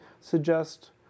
suggest